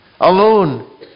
alone